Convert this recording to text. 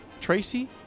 Tracy